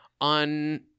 on